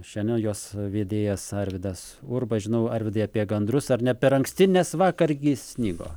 šiandien jos vedėjas arvydas urba žinau arvydai apie gandrus ar ne per anksti nes vakar gi snigo